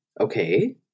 okay